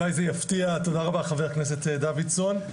תודה רבה, חבר הכנסת דוידסון.